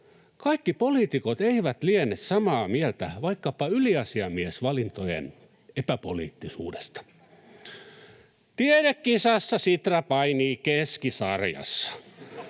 Kaikki poliitikot eivät liene samaa mieltä vaikkapa yliasiamiesvalintojen epäpoliittisuudesta. Tiedekisassa Sitra painii keskisarjassa,